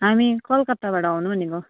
हामी कलकत्ताबाट आउनु भनेको